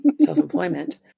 self-employment